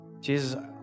Jesus